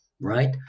right